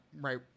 right